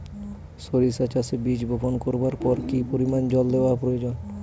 সরিষা চাষে বীজ বপন করবার পর কি পরিমাণ জল দেওয়া প্রয়োজন?